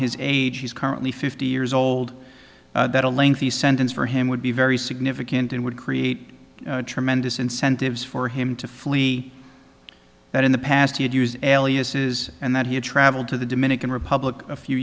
his age he's currently fifty years old that a lengthy sentence for him would be very significant and would create tremendous incentives for him to flee that in the past he had used aliases and that he had traveled to the dominican republic a few